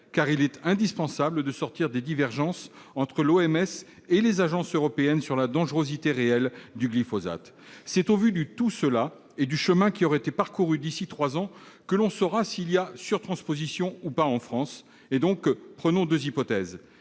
car il est indispensable de sortir des divergences entre l'OMS et les agences européennes sur la dangerosité réelle du glyphosate. C'est au vu de tout cela, ainsi que du chemin qui aura été parcouru d'ici à trois ans, que l'on saura s'il y a surtransposition ou non. Prenons deux hypothèses.